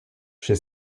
she